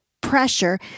pressure